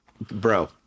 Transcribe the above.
Bro